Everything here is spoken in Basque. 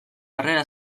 harrera